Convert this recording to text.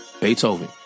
Beethoven